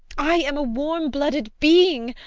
i am a warm-blooded being!